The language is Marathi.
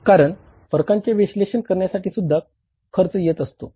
कारण फरकांचे विश्लेषण करण्यासाठीसुद्धा खर्च येत असतो